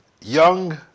Young